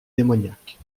démoniaque